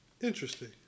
Interesting